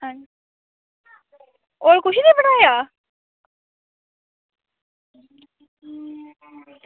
होर कुछ निं बनाया